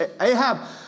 Ahab